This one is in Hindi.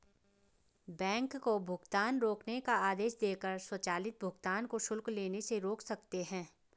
बैंक को भुगतान रोकने का आदेश देकर स्वचालित भुगतान को शुल्क लेने से रोक सकते हैं